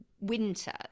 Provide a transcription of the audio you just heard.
winter